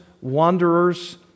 wanderers